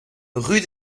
rue